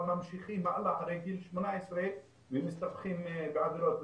אבל ממשיכים הלאה אחרי גיל 18 ומסתבכים בעבירות.